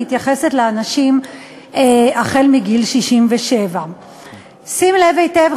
היא מתייחסת לאנשים מגיל 67. שים לב היטב,